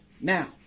now